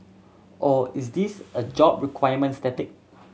or is this a job requirement static